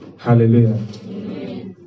Hallelujah